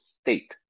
state